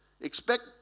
Expect